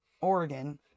Oregon